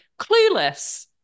clueless